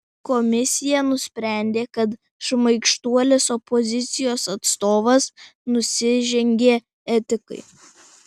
komisija nusprendė kad šmaikštuolis opozicijos atstovas nusižengė etikai